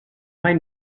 mai